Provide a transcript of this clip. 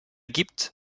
gibt